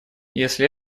если